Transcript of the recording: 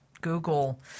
Google